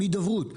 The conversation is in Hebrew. הידברות.